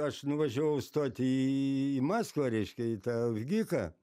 aš nuvažiavau stoti į maskvą reiškia į tą vgiką